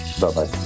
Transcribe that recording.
Bye-bye